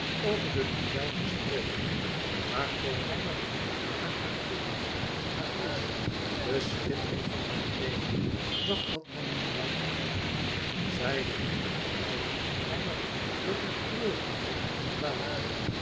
over de breuil gesproken maar cornélie nu aan haar glimlach haar blos de schittering van haar oogen zag dat men gelijk had zij liet hen beiden alleen met een treurigheid om urania